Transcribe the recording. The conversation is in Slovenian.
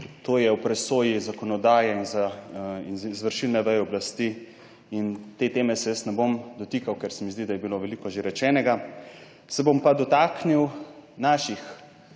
To je v presoji zakonodaje in za izvršilne veje oblasti in te teme se jaz ne bom dotikal, ker se mi zdi, da je bilo veliko že rečenega. Se bom pa dotaknil naših